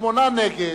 שמונה נגד,